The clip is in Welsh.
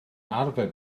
arfer